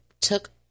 took